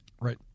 Right